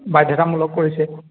বাধ্যতামূলক কৰিছে